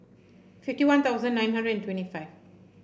fifty One Thousand nine hundred twenty five